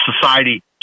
society